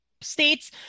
states